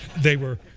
they were